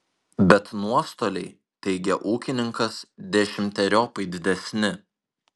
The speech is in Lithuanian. bet nuostoliai teigia ūkininkas dešimteriopai didesni